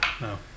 No